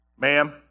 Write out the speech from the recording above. Ma'am